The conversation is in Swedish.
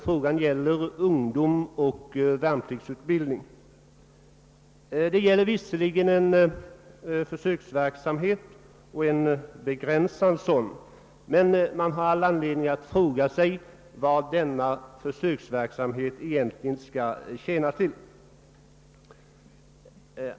Frågan gäller ungdom under värnpliktsutbildning. Det är visserligen fråga om en försöksverksamhet, och en begränsad sådan, men vad skall denna försöksverksamhet egentligen tjäna till?